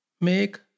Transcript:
Make